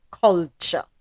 culture